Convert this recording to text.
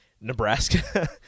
Nebraska